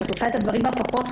שאת עושה את הדברים החשובים פחות.